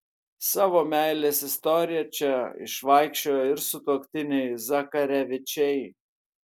savo meilės istoriją čia išvaikščiojo ir sutuoktiniai zakarevičiai